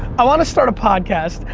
i want to start a podcast,